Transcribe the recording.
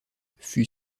fût